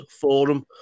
Forum